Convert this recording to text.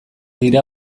dira